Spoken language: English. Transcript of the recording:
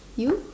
you